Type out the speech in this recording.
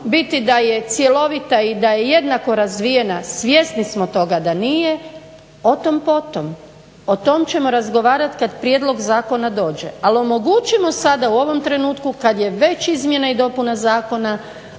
biti da je cjelovite i da je jednako razvijena svjesni smo toga da nije, otom potom. O tome ćemo razgovarati kada prijedlog zakona dođe. Ali omogućimo sada u ovom trenutku kada je već izmjena i dopuna zakona